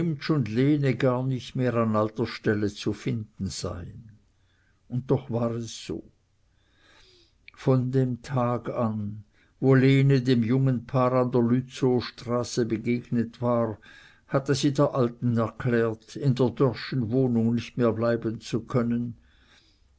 lene gar nicht mehr an alter stelle zu finden seien und doch war es so von dem tag an wo lene dem jungen paar in der lützowstraße begegnet war hatte sie der alten erklärt in der dörrschen wohnung nicht mehr bleiben zu können